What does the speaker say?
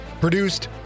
Produced